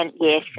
Yes